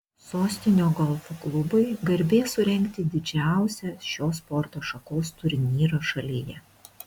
sostinių golfo klubui garbė surengti didžiausią šios sporto šakos turnyrą šalyje